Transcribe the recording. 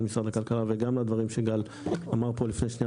משרד הכלכלה וגם לדבריו שגל אמר פה לפני רגע.